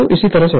तो इसी तरह से